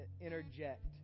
interject